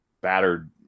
battered